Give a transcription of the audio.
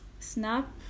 snap